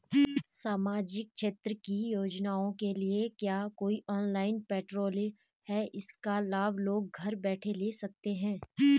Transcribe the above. सामाजिक क्षेत्र की योजनाओं के लिए क्या कोई ऑनलाइन पोर्टल है इसका लाभ लोग घर बैठे ले सकते हैं?